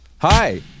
Hi